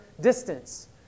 distance